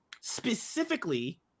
specifically